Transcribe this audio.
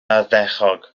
ardderchog